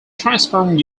transparent